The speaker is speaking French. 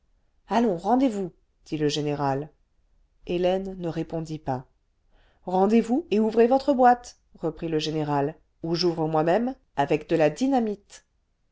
allons rendez-vous dit le général hélène ne répondit pas rendez-vous et ouvrez votre boîte reprit le général ou j'ouvre moi-même avec cle la dynamite